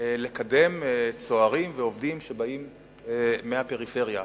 לקדם צוערים ועובדים שבאים מהפריפריה.